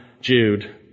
Jude